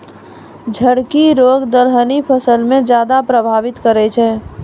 झड़की रोग दलहनी फसल के ज्यादा प्रभावित करै छै